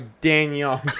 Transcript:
Daniel